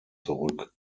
zurück